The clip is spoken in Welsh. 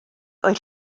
oedd